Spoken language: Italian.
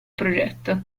progetto